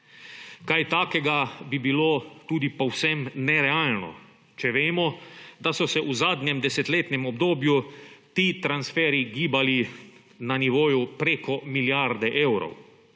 Kaj takega bi bilo tudi povsem nerealno, če vemo, da so se v zadnjem desetletnem obdobju ti transferji gibali na nivoju preko milijarde evrov.